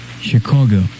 Chicago